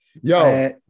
Yo